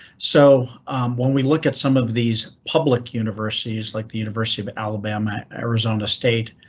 so when we look at some of these public universities like the university of alabama, arizona state,